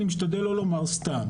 ואני משתדל לא לומר סתם.